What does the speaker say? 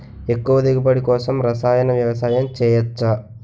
ఎక్కువ దిగుబడి కోసం రసాయన వ్యవసాయం చేయచ్చ?